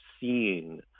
seeing